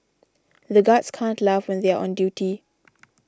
the guards can't laugh when they are on duty